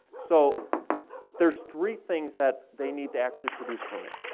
so there's three things that they need to actually produce for me.